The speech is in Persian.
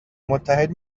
متحد